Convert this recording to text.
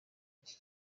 iki